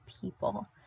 people